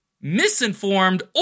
misinformed